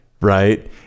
right